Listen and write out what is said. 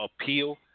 appeal